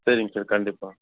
சரிங்க சார் கண்டிப்பாக